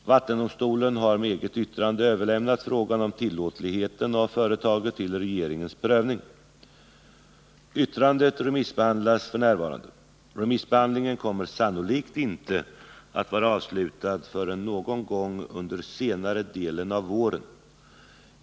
Vattendomstolen har med eget yttrande överlämnat frågan om tillåtligheten av företaget till regeringens prövning. Yttrandet remissbehandlas f. n. Remissbehandlingen kommer sannolikt inte att vara avslutad förrän någon gång under senare delen av våren.